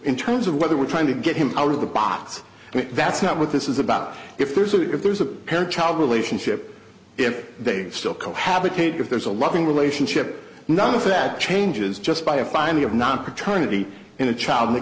in terms of whether we're trying to get him out of the box and that's not what this is about if there's if there's a parent child relationship if they've still cohabitate if there's a loving relationship none of that changes just by a finding of not paternity and the child